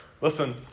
Listen